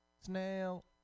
Snail